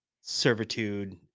servitude